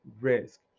risk